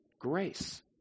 grace